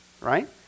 right